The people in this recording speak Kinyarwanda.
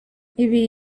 ibi